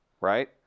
right